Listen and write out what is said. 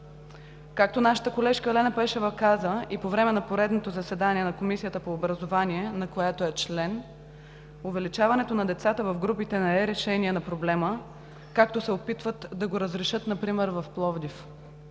Както нашата колежка Елена Пешева каза и по време на поредното заседание на Комисията по образование, на която е член: увеличаването на децата в групите не е решение на проблема, както се опитват да го разрешат например в Пловдив.